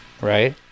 Right